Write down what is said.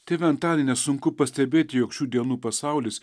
tėve antanai nesunku pastebėti jog šių dienų pasaulis